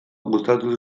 gustatu